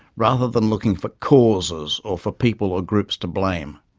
rather than looking for causes or for people or groups to blame.